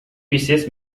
pieces